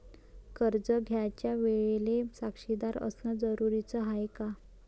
कर्ज घ्यायच्या वेळेले साक्षीदार असनं जरुरीच हाय का?